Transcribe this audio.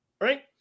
right